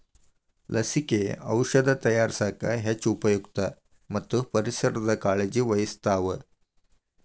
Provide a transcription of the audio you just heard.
ಲಸಿಕೆ, ಔಔಷದ ತಯಾರಸಾಕ ಹೆಚ್ಚ ಉಪಯುಕ್ತ ಮತ್ತ ಪರಿಸರದ ಕಾಳಜಿ ವಹಿಸ್ತಾವ